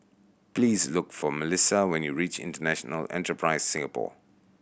please look for Melisa when you reach International Enterprise Singapore